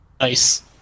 Nice